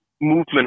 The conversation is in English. movement